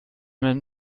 man